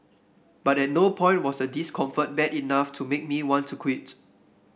but at no point was the discomfort bad enough to make me want to quit